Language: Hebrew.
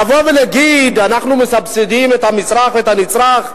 לבוא ולהגיד: אנחנו מסבסדים את המצרך ואת הנצרך,